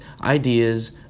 ideas